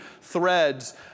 threads